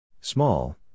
Small